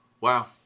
Wow